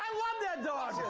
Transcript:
that dog.